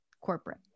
corporate